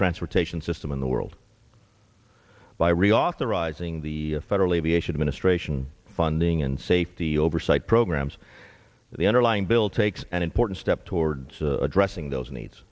transportation system in the world by reauthorizing the federal aviation administration funding and safety oversight programs the underlying bill takes an important step towards addressing those needs